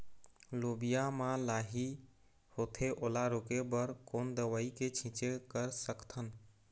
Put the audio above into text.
लोबिया मा लाही होथे ओला रोके बर कोन दवई के छीचें कर सकथन?